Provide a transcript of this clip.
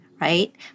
right